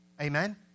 Amen